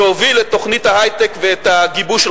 שהוביל את תוכנית ההיי-טק ואת הגיבוש של